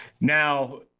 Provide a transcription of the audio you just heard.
Now